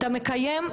אתה מקיים,